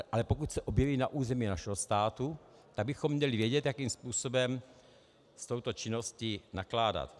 Ale pokud se objeví na území našeho státu, tak bychom měli vědět, jakým způsobem s touto činností nakládat.